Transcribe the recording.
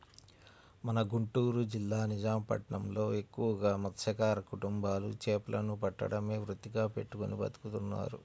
మన గుంటూరు జిల్లా నిజాం పట్నంలో ఎక్కువగా మత్స్యకార కుటుంబాలు చేపలను పట్టడమే వృత్తిగా పెట్టుకుని బతుకుతున్నారు